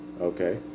okay